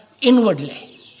inwardly